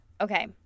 Okay